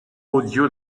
audio